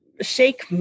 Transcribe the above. shake